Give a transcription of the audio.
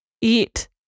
eat